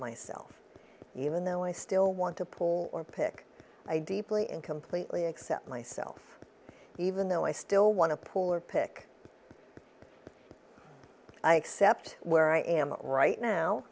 myself even though i still want to pull or pick i deeply and completely accept myself even though i still want to pull or pick i accept where i am right now